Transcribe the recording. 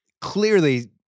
clearly